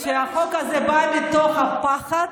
שהחוק הזה בא מתוך פחד.